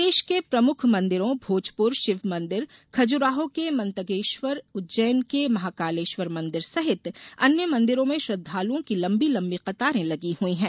प्रदेष के प्रमुख मंदिरों भोजपुर षिवमंदिर खजुरोहो के मतंगेष्वर उज्जैन के महाकालेष्वर मंदिर सहित अन्य मंदिरों में श्रद्दालुओं की लंबी लंबी कतारें लगी हुई है